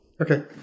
Okay